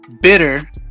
bitter